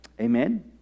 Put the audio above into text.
Amen